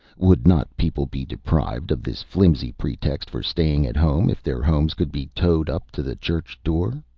would not people be deprived of this flimsy pretext for staying at home if their homes could be towed up to the church door?